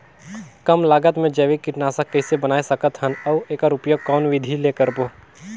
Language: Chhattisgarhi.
कम लागत मे जैविक कीटनाशक कइसे बनाय सकत हन अउ एकर उपयोग कौन विधि ले करबो?